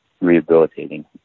rehabilitating